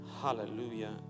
Hallelujah